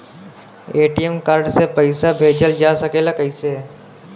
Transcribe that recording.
ATM card से पइसा भेजल जा सकेला कइसे?